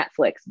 Netflix